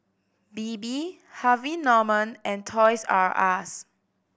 Bebe Harvey Norman and Toys R Us